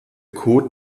kot